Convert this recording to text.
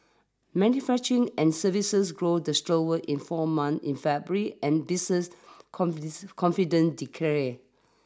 manufacturing and services grew the in four months in February and business confident declare